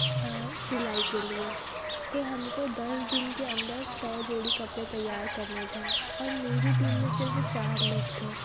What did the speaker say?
सिलाई के लिए तो हमको दस दिन के अंदर सौ जोड़ी कपड़े तैयार करने थे और मेरी टीम में सिर्फ चार लोग थे